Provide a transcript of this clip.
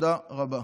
תודה רבה.